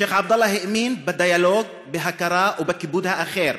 שיח' עבדאללה האמין בדיאלוג, בהכרה ובכיבוד האחר,